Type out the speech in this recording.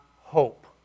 hope